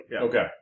Okay